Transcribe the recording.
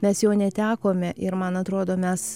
mes jo netekome ir man atrodo mes